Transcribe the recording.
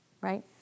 right